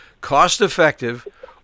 cost-effective